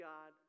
God